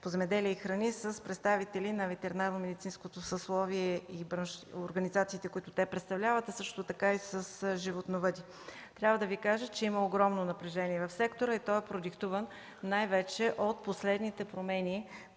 по земеделие и храни с представителите на ветеринарномедицинското съсловие и организациите, които те представляват, а също така и с животновъди. Трябва да Ви кажа, че има огромно напрежение в сектора и то е продиктувано най-вече от последните промени,